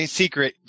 secret